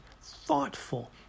thoughtful